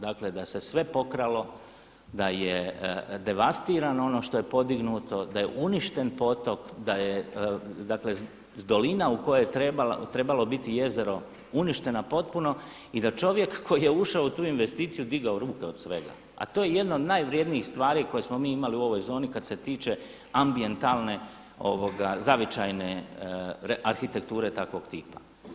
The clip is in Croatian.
Dakle, da se sve pokralo, da je devastirano ono što je podignuto, da je uništen potok, da je dakle dolina u kojoj je trebalo biti jezero uništena potpuno i da čovjek koji je ušao u tu investiciju digao ruke od svega a to je jedna od najvrjednijih stvari koje smo mi imali u ovoj zoni kad se tiče ambijentalne zavičajne arhitekture takvog tipa.